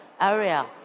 area